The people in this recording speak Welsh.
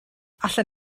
allan